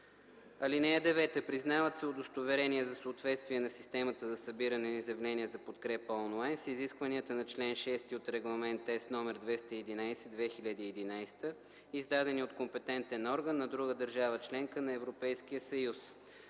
(9) Признават се удостоверения за съответствие на системата за събиране на изявления за подкрепа онлайн с изискванията на чл. 6 от Регламент (ЕС) № 211/2011, издадени от компетентен орган на друга държава – членка на Европейския съюз.